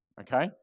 okay